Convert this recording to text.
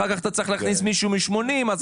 אחר כך אתה צריך להכניס מישהו מ-80 אז